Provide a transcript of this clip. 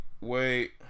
wait